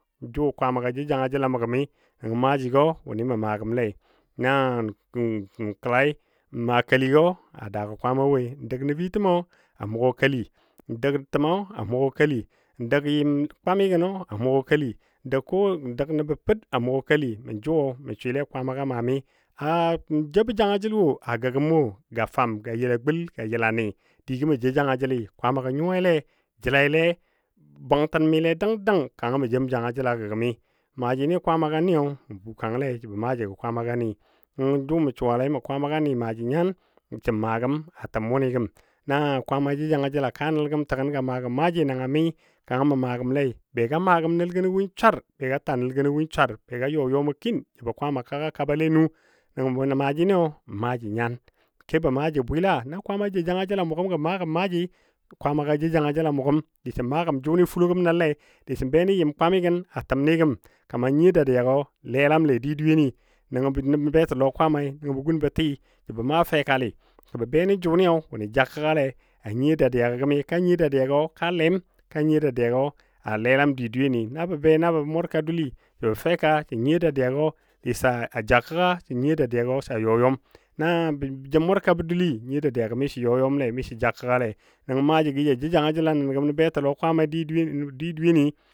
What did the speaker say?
Jʊ Kwaama ga jou janga jəl a mə gəmi nəngɔ maajigɔ wʊnɨ mə maa gəmle na kəlai maa keligɔ a daagɔ Kwaama woi, n dəg nəfitəma a mugɔ keli, n dəg təmə a mʊgɔ keli, n dəg yɨm kwamigən a mʊgɔ keli, n dəg ko n dəg nəbɔ Per a mugɔ keli mə jʊ mə swɨle Kwaama maami, mə joubɔ janga jəl wo gə gəm wo ga fam ga yəla gul ga ni, digo mə jou janga jeəli Kwaama nyuwaile jəlaile bwangtan mile dəng dəng kanga mə joum janga jəl a gə gəmi. Maaji ni Kwaama ga niyo mə bukangle jəbɔ maajigo Kwaamani nəngo jʊ mə suwale mə Kwaama ni maaji nyan sən maa gəm a təm wʊnɨ gəm, na Kwaama jou janga jəla ka nəl gam təgən ga maa gəm Maaji na mi kanga mə maa gəmle bega maa nəl gənɔ, win swar be ga ta nəl gənɔ win swar yɔ mɔ kin jəbɔ Kwaama be ka gə kaba nu nə maaji ni maaji nyan kebo maaji bwɨla na Kwaama jou janga jəl a mʊ gəm disən maa gəm jʊnɨ fulɔ gəm nəl lei disən be be nə yɨm kwamigən a təmni gəm kanga nyiyo dadiyagɔ lelamle di dweyen nəngo bə betilɔ Kwaamai bə gun bə ti səbə maa fɛkali sə bə be nə jʊnɨyo wʊnɨ ja kəggale a nyiyo dadiyagɔ gəmi ka nyiyo dadiyago ka lem ka nyiyo dadiyagɔ a lela di dweyeni na bə be nabɔ mʊrka dul bəno sə nyiyo dadiya gɔ a ja kəgga sə nyiyo dadiya sa yɔ yɔ na jə mʊrkabɔ dulli nyiyo dadiyago miso ja kəggalei nəngɔ maaji go ja jou janga jel nən gəm nə beitlɔ kwaamai di dweyeni.